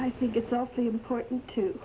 i think it's also important to